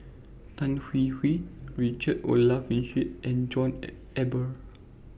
Tan Hwee Hwee Richard Olaf Winstedt and John Eber